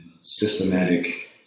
systematic